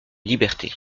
liberté